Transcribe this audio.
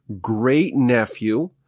great-nephew